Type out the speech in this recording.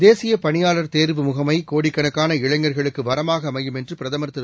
தேசிய பணியாளர் தேர்வு முகமை கோடிக்கணக்கான இளைஞர்களுக்கு வரமாக அமையும் என்று பிரதமர் திரு